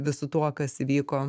visu tuo kas įvyko